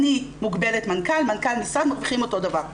אני מוגבלת מנכ"ל, מנכ"ל משרד מרוויחים אותו דבר.